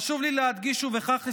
חשוב לי להדגיש, ובכך אסיים,